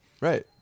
Right